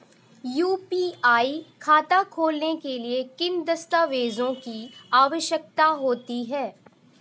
UPI खाता खोलने के लिए किन दस्तावेज़ों की आवश्यकता होती है?